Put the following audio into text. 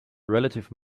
relative